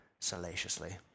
salaciously